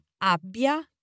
abbia